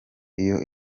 iyo